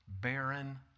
barren